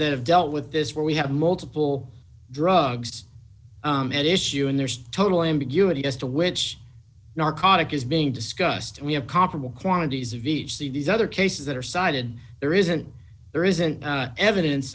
that have dealt with this where we have multiple drugs at issue and there's total ambiguity as to which narcotic is being discussed and we have comparable quantities of each of these other cases that are cited there isn't there isn't evidence